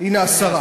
הנה השרה.